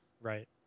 right